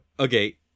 Okay